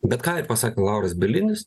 bet ką ir pasakė lauras bielinis